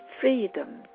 freedom